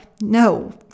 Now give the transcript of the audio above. No